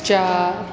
चारि